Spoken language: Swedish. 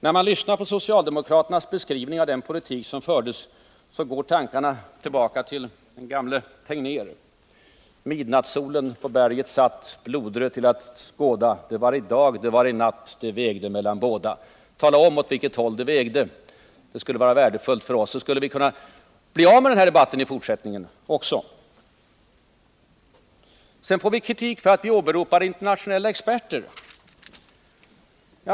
När man lyssnar till socialdemokraternas dialektik i dessa frågor så går tankarna till den gamle Tegnér: det var ej dag, det var ej natt, det vägde emellan båda.” Tala om åt vilket håll det vägde! Det skulle vara värdefullt för oss, och då skulle vi också kunna slippa denna motsägelsefyllda debatt i fortsättningen. Vi får kritik för att vi åberopar internationella experter.